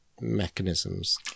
mechanisms